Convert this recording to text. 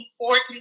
important